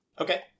Okay